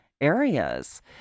areas